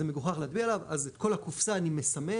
זה מגוחך להדביק עליו, אז את כל הקופסה אני מסמן